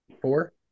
four